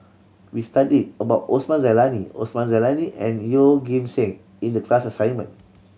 we studied about Osman Zailani Osman Zailani and Yeoh Ghim Seng in the class assignment